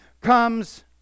comes